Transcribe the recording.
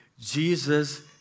Jesus